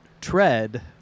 tread